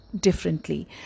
differently